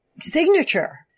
signature